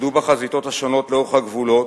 עמדו בחזיתות השונות לאורך הגבולות,